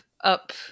up